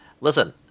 listen